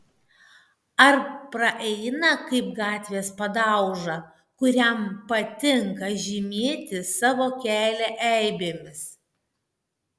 ar praeina kaip gatvės padauža kuriam patinka žymėti savo kelią eibėmis